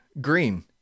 green